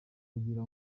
kugira